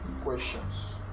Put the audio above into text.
questions